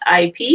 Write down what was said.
IP